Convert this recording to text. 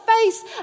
face